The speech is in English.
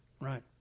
Right